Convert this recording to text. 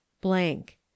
blank